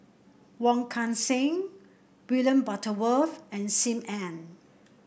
Wong Kan Seng William Butterworth and Sim Ann